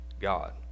God